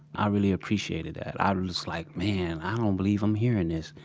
i really appreciated that. i was like, man, i don't believe i'm hearing this.